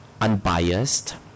unbiased